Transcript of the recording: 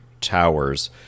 towers